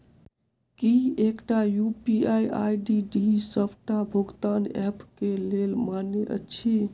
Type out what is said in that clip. की एकटा UPI ID D सबटा भुगतान ऐप केँ लेल मान्य अछि?